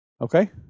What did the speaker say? Okay